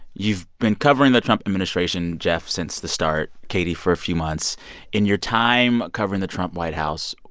you've been covering the trump administration geoff, since the start katie, for a few months in your time covering the trump white house,